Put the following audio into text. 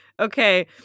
Okay